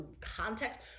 context